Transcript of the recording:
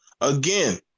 again